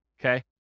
okay